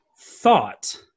thought